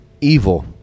Evil